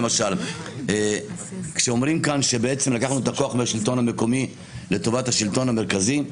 למשל כשאומרים כאן שלקחנו את הכוח מהשלטון המקומי לטובת השלטון המרכזי,